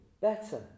better